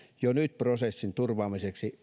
jo nyt prosessin turvaamiseksi